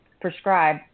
prescribe